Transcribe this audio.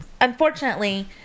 unfortunately